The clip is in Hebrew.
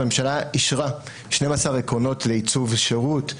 הממשלה אישרה 12 עקרונות לעיצוב שירות,